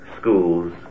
schools